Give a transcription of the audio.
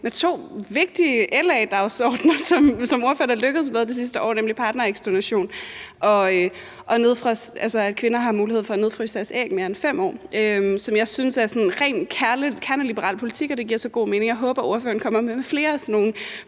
for Liberal Alliance, som ordførerne er lykkedes med det sidste år, nemlig partnerægdonation og nedfrysning, altså at kvinder har mulighed for nedfryse deres æg i mere end 5 år, hvilket jeg synes er sådan ren kerneliberal politik. Det giver så god mening. Jeg håber, ordføreren kommer med flere af sådan nogle